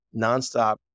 nonstop